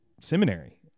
seminary